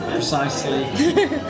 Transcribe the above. Precisely